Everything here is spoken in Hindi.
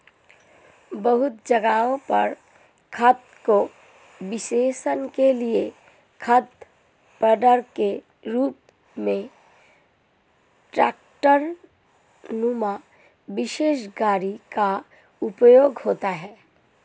बहुत जगह पर खाद को बिखेरने के लिए खाद स्प्रेडर के रूप में ट्रेक्टर नुमा विशेष गाड़ी का उपयोग होता है